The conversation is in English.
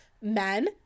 men